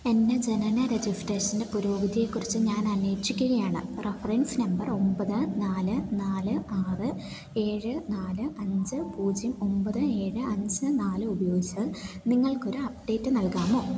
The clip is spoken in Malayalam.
എൻ്റെ ജനന രജിസ്ട്രേഷൻ്റെ പുരോഗതിയെക്കുറിച്ച് ഞാൻ അന്വേഷിക്കുകയാണ് റഫറൻസ് നമ്പർ ഒമ്പത് നാല് നാല് ആറ് ഏഴ് നാല് അഞ്ച് പൂജ്യം ഒമ്പത് ഏഴ് അഞ്ച് നാല് ഉപയോഗിച്ച് നിങ്ങൾക്ക് ഒരു അപ്ഡേറ്റ് നൽകാമോ